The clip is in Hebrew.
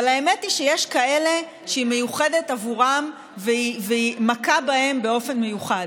אבל האמת היא שיש כאלה שהיא מיוחדת עבורם והיא מכה בהם באופן מיוחד,